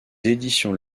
éditions